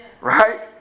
Right